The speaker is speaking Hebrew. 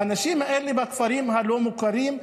האנשים האלה בכפרים הלא-מוכרים,